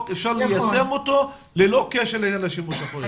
אפשר ליישם ללא קשר לעניין השימוש החורג.